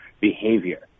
behavior